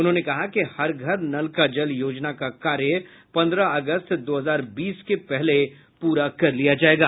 उन्होंने कहा कि हर घर नल का जल योजना का कार्य पन्द्रह अगस्त दो हजार बीस के पहले पूरा कर लिया जायेगा